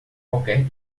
qualquer